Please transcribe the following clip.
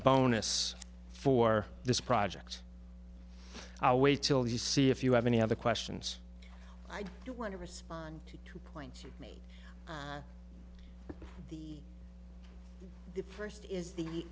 bonus for this project i'll wait till you see if you have any other questions you want to respond to two points you made the the first is the